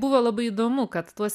buvo labai įdomu kad tuos